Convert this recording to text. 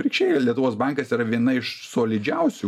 atvirkščiai lietuvos bankas yra viena iš solidžiausių